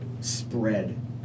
spread